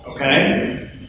Okay